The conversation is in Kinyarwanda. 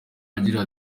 agira